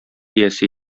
иясе